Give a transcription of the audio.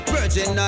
Virgin